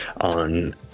on